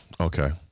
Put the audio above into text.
Okay